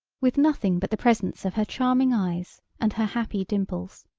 with nothing but the presence of her charming eyes and her happy dimples.